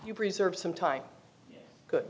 you preserve some time good